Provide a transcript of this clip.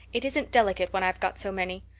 it isn't delicate when i've got so many.